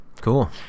cool